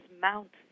Mount